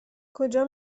کجا